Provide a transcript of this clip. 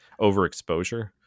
overexposure